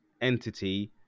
entity